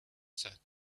said